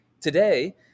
Today